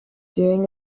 during